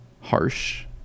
harsh